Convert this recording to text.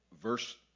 verse